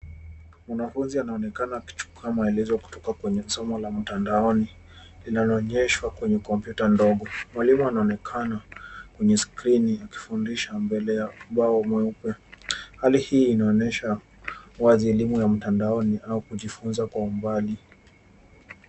Mwanafunzi anaonekana akichukua maelezo kutoka kwenye somo la mtandaoni linaloonyeshwa kwenye kompyuta ndogo. Mwalimu anaonekana kwenye skrini akifundisha mbele ya ubao mweupe. Hali hii inaonyesha wazi elimu ya mtandaoni au kujifunza kwa umbali.